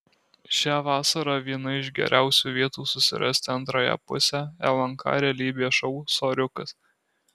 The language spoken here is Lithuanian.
šią vasarą viena iš geriausių vietų susirasti antrąją pusę lnk realybės šou soriukas